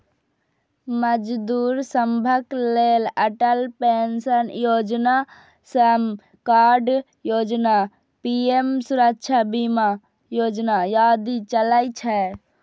मजदूर सभक लेल अटल पेंशन योजना, श्रम कार्ड योजना, पीएम सुरक्षा बीमा योजना आदि चलै छै